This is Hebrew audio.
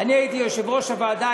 אני הייתי יושב-ראש הוועדה,